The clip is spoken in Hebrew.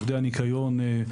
עובדי ניקיון,